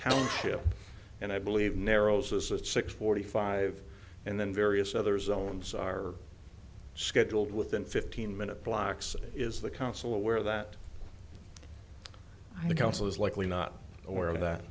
n and i believe narrows us at six forty five and then various other zones are scheduled within fifteen minute blocks is the council aware that the council is likely not aware of that